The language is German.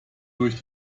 durch